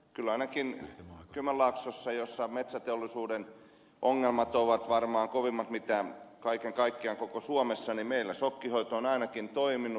kyllä ainakin kymenlaaksossa jossa metsäteollisuuden ongelmat ovat varmaan kovimmat mitä kaiken kaikkiaan koko suomessa meillä sokkihoito on ainakin toiminut